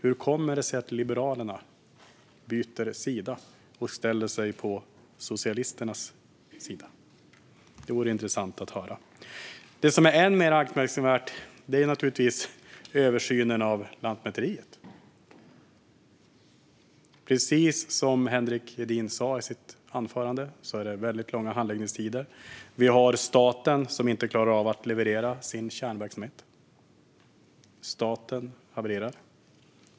Hur kommer det sig att Liberalerna byter sida och ställer sig på socialisternas sida? Det vore intressant att få höra. Det som är än mer anmärkningsvärt är naturligtvis översynen av Lantmäteriet. Precis som Henrik Edin sa i sitt anförande är det långa handläggningstider. Staten klarar inte av att leverera sin kärnverksamhet. Staten havererar.